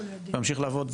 ממשיך לעבוד.